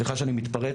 סליחה שאני מתפרץ,